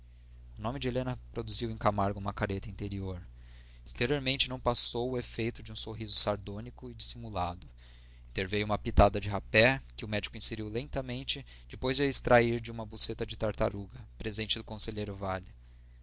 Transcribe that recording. nome de helena produziu em camargo uma careta interior exteriormente não passou o efeito de um sorriso sardônico e dissimulado interveio uma pitada de rapé que o médico inseriu lentamente depois de a extrair de uma boceta de tartaruga presente do conselheiro vale